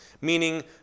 meaning